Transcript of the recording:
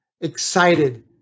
excited